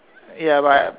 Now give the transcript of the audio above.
ya but